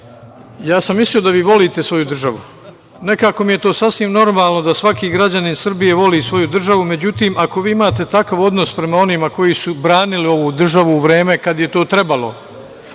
ja sam mislio da vi volite svoju državu, nekako mi je to sasvim normalno da svaki građanin Srbije voli svoju državu, međutim, ako vi imate takav odnos prema onima koji su branili ovu državu u vreme kada je to trebalo